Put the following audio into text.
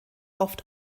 oft